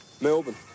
Melbourne